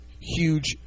huge